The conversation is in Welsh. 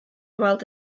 weld